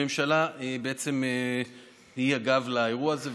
הממשלה היא בעצם הגב לאירוע הזה,